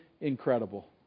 incredible